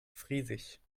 friesisch